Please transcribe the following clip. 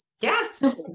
Yes